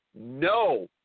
no